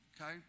Okay